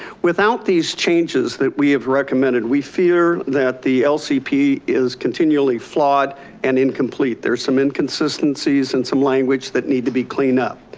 without these changes that we have recommended, we fear that the lcp is continually flawed and incomplete. there are some inconsistencies and some language that need to be cleaned up.